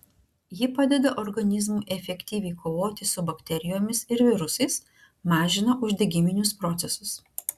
ji padeda organizmui efektyviai kovoti su bakterijomis ir virusais mažina uždegiminius procesus